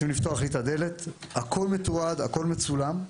הכול מתועד, הכול מצולם.